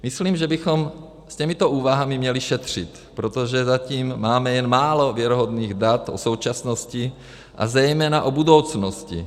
Myslím, že bychom těmito úvahami měli šetřit, protože zatím máme jen málo věrohodných dat o současnosti a zejména o budoucnosti.